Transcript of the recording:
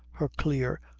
her clear,